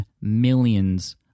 millions